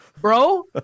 bro